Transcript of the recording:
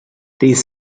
these